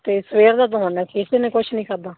ਅਤੇ ਸਵੇਰ ਦਾ ਤਾਂ ਹੁਣ ਕਿਸੇ ਨੇ ਕੁਛ ਨਹੀਂ ਖਾਧਾ